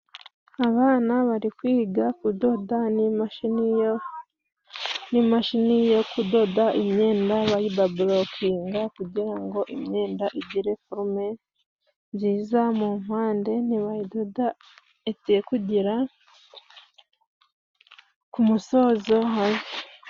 Abana bari kwiga kudoda n'imashini yo kudoda imyenda bayibabulokinga, kugira ngo imyenda igire forume nziza mumpande, nibayidoda yere kugera k'umusozo.